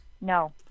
no